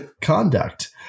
conduct